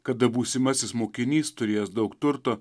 kada būsimasis mokinys turėjęs daug turto